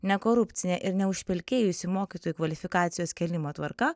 nekorupcinė ir neužpelkėjusi mokytojų kvalifikacijos kėlimo tvarka